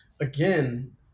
again